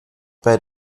bei